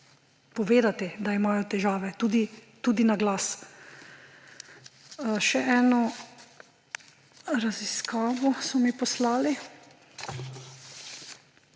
povedati, da imajo težave, tudi na glas. Še eno raziskavo so mi poslali,